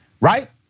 right